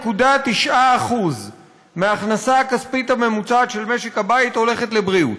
5.9% מההכנסה הכספית הממוצעת של משק הבית הולכת לבריאות.